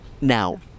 Now